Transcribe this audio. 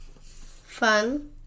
Fun